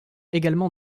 également